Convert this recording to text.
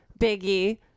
Biggie